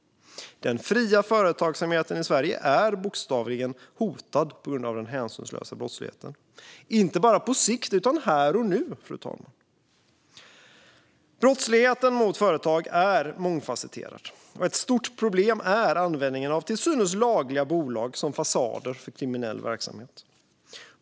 Den fria företagsamheten i Sverige är bokstavligen hotad på grund av den hänsynslösa brottsligheten, inte bara på sikt utan här och nu, fru talman. Brottsligheten mot företag är mångfasetterad. Ett stort problem är användningen av till synes lagliga bolag som fasader för kriminell verksamhet.